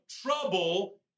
trouble